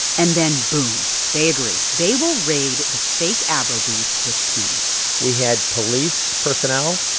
and then, boom, they agree. they will raid the fake abro booth with tim we had police personnel.